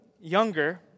younger